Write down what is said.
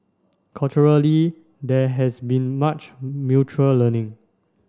culturally there has been much mutual learning